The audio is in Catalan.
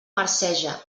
marceja